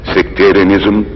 Sectarianism